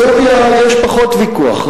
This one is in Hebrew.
סוריה, יש פחות ויכוח.